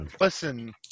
Listen